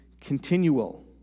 continual